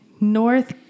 North